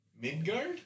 Midgard